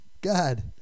God